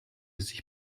sich